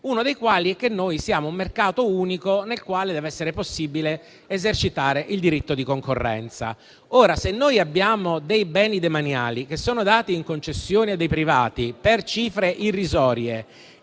uno dei quali è che noi siamo un mercato unico, nel quale deve essere possibile esercitare il diritto di concorrenza. Se noi abbiamo dei beni demaniali dati in concessione a dei privati per cifre irrisorie